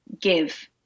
give